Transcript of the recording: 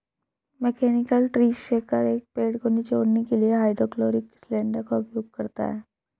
mechanical tree shaker, एक पेड़ को निचोड़ने के लिए हाइड्रोलिक सिलेंडर का उपयोग करता है